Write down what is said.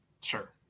Sure